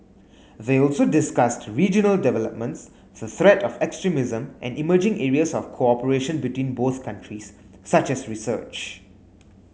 they also discussed regional developments the threat of extremism and emerging areas of cooperation between both countries such as research